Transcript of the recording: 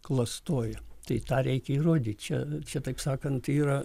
klastoja tai tą reikia įrodyt čia čia taip sakant yra